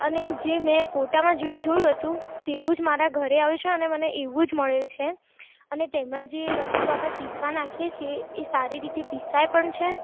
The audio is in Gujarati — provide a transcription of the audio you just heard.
અને જે મેં ફોટામાં જેવું જોયું હતું તેવું જ મારા ઘરે આવ્યું છે અને મને એવું જ મળેલ છે અને તેમાં જે વસ્તુ આપણે પિસવા નાખીએ છે એ સારી રીતે પિસાય પણ છે